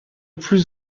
plus